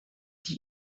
die